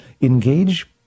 engage